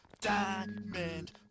Diamond